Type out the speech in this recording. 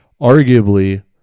arguably